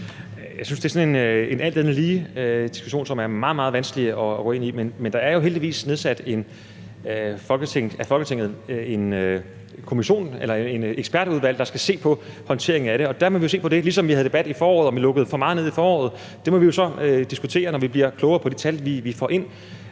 alt andet lige-diskussion, som er meget, meget vanskeligt at gå ind i. Men Folketinget har jo heldigvis nedsat et ekspertudvalg, der skal se på håndteringen af det, og der må vi jo se på det, ligesom vi i foråret havde en debat om, om vi lukkede for meget ned i foråret. Det må vi så diskutere, når vi bliver klogere på de tal, vi får ind.